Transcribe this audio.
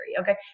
Okay